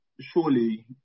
surely